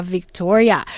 Victoria